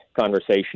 conversation